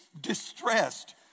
distressed